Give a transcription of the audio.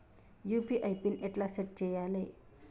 UPI pin ఎట్లా set చేయాలే?